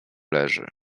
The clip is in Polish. leży